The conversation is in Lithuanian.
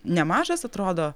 nemažas atrodo